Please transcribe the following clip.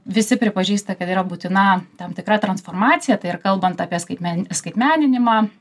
visi pripažįsta kad yra būtina tam tikra transformacija tai ir kalbant apie skaitme skaitmeninimą